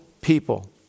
people